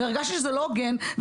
והרגשתי שזה לא הוגן,